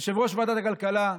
יושב-ראש ועדת הכלכלה,